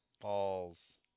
Balls